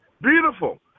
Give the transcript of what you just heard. Beautiful